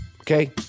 okay